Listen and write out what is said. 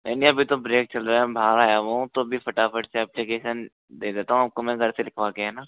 नही नहीं अभी तो ब्रेक चल रहा है हम बाहर आया हुआ हूँ तो अभी फटाफट से ऐप्लिकैशन दे देता हूँ आपको मैं घर से लिखवा के है ना